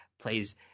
plays